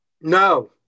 No